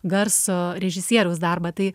garso režisieriaus darbą tai